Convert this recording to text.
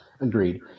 agreed